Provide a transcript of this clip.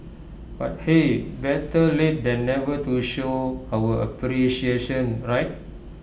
but hey better late than never to show our appreciation right